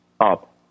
up